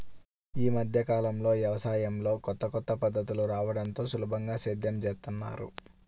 యీ మద్దె కాలంలో యవసాయంలో కొత్త కొత్త పద్ధతులు రాడంతో సులభంగా సేద్యం జేత్తన్నారు